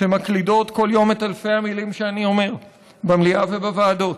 שמקלידות כל יום את אלפי המילים שאני אומר במליאה ובוועדות.